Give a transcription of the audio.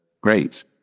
Great